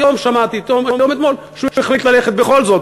היום או אתמול שמעתי שהוא החליט ללכת בכל זאת,